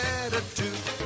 attitude